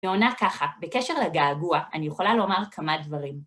ועונה ככה, בקשר לגעגוע, אני יכולה לומר כמה דברים.